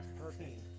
perfect